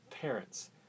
parents